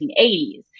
1980s